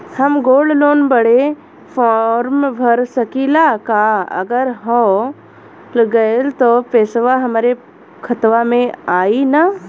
हम gold loan बड़े form भर सकी ला का अगर हो गैल त पेसवा हमरे खतवा में आई ना?